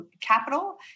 Capital